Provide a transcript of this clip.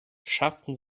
schafften